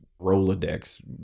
rolodex